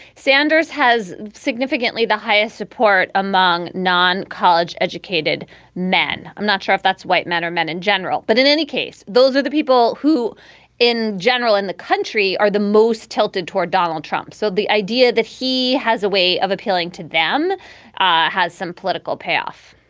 sanders has significantly the highest support among non-college educated men. i'm not sure if that's white men or men in general. but in any case, those are the people who in general in the country are the most tilted toward donald trump. so the idea that he has a way of appealing to them ah has some political payoff,